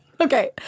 Okay